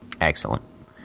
Excellent